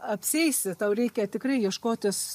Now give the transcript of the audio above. apsieisi tau reikia tikrai ieškotis